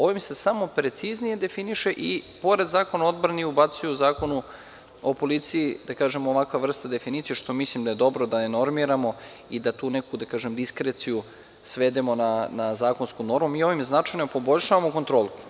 Ovim se samo preciznije definiše i pored Zakona o odbrani ubacuju u Zakon o policiji, da kažem ovakva vrsta definicije, što mislim da je dobro da je normiramo i da tu neku, da kažem diskreciju svedemo na zakonsku normu i ovim značajno poboljšamo kontrolu.